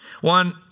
One